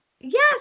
Yes